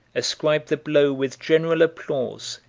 ascribed the blow, with general applause,